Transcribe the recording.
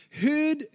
heard